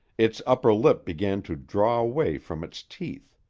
its upper lip began to draw away from its teeth.